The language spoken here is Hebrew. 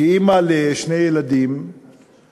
כאימא לשני ילדים היא